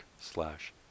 slash